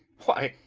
why,